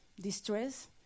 distress